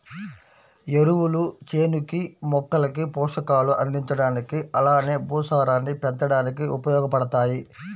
ఎరువులు చేనుకి, మొక్కలకి పోషకాలు అందించడానికి అలానే భూసారాన్ని పెంచడానికి ఉపయోగబడతాయి